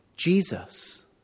Jesus